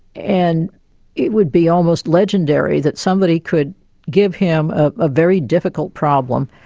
and it would be almost legendary that somebody could give him a very difficult problem,